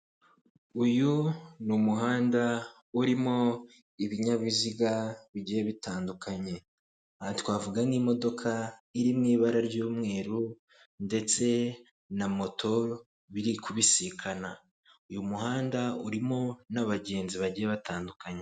Uyu ni umuhanda urimo ibinyabiziga bigiye bitandukanye, aha twavuga: nk'imodoka iri mu ibara ry'umweru ndetse na moto biri kubisikana, uyu muhanda urimo n'abagenzi bagiye batandukanye.